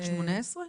עד 18?